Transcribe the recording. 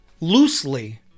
loosely